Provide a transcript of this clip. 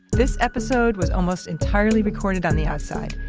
this episode was almost entirely recorded on the outside,